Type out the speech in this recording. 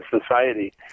society